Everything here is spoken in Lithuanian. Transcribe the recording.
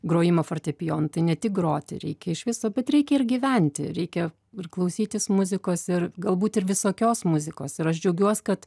grojimą fortepijonu tai ne tik groti reikia iš viso bet ir reikia ir gyventi reikia ir klausytis muzikos ir galbūt ir visokios muzikos ir aš džiaugiuos kad